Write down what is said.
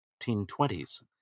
1920s